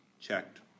checked